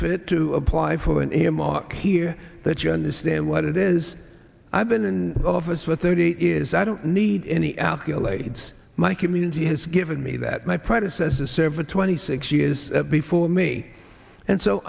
fit to apply for an earmark here that you understand what it is i've been in office for thirty eight years i don't need any alkaloids my community has given me that my predecessor server twenty six years before me and so